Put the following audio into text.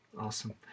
Awesome